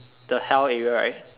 the hell area right